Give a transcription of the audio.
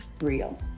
real